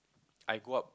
I go up